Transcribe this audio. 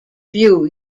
few